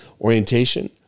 Orientation